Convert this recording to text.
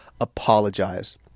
apologize